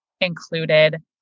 included